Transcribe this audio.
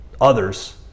others